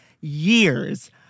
years